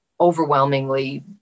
overwhelmingly